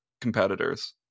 competitors